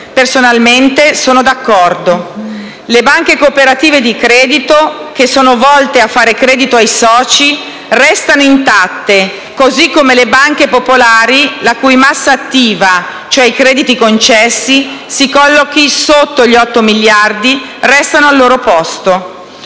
Personalmente, sono d'accordo. Le banche cooperative di credito, che sono volte a fare credito ai soci, restano intatte, così come le banche popolari, la cui massa attiva (cioè i crediti concessi) si collochi sotto gli otto miliardi, restano al loro posto.